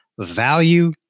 value